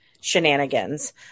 shenanigans